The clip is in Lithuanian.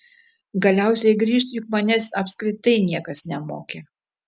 galiausiai grįžt juk manęs apskritai niekas nemokė